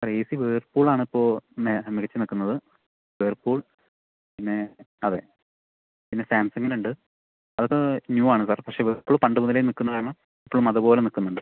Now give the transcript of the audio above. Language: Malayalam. അതെ എ സി വേർപൂളാണിപ്പോൾ മികച്ച് നിൽക്കുന്നത് വേർപൂൾ പിന്നെ അതെ പിന്നെ സാംസംഗിനുണ്ട് അത് ന്യൂ ആണ് സാർ പക്ഷെ വേർപൂൾ പണ്ട് മുതലെ നിൽക്കുന്ന കാരണം ഇപ്പോഴും അതുപോലെ നിൽക്കുന്നുണ്ട്